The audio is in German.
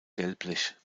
gelblich